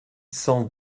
cent